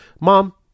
Mom